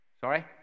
Sorry